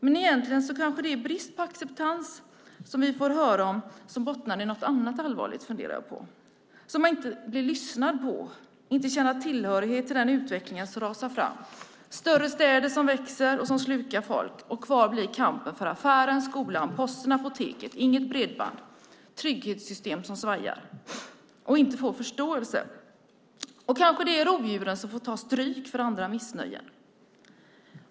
Men egentligen bottnar kanske den brist på acceptans som vi får höra om i något annat allvarligt. Det funderar jag på. Det kan handla om att inte bli lyssnad på och om att inte känna tillhörighet i den utveckling som rasar fram. Större städer växer och slukar folk. Kvar blir kampen för affären, skolan, posten och apoteket. Det finns inget bredband, och det är trygghetssystem som svajar. Och man får inte förståelse. Kanske får rovdjuren ta stryk för andra missnöjen.